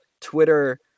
Twitter